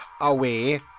away